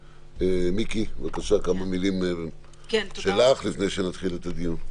מיקי, בבקשה, כמה מילים לפני שנתחיל את הדיון.